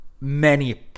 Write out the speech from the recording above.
many-